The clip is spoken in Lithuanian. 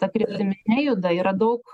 ta kryptimi nejuda yra daug